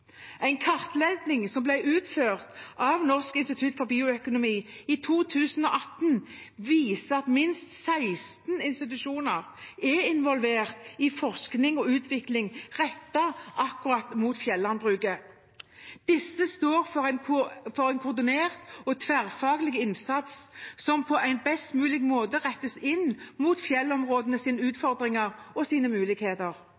En kartlegging som ble utført av Norsk institutt for bioøkonomi i 2018, viser at minst 16 institusjoner er involvert i forskning og utvikling rettet mot akkurat fjellandbruket. Disse står for en koordinert og tverrfaglig innsats som på en best mulig måte rettes inn mot